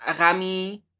Rami